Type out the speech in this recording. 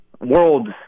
worlds